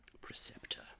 Preceptor